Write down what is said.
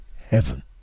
heaven